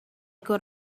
could